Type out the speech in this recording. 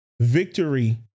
Victory